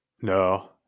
No